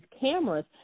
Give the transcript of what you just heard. cameras